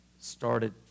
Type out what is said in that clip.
started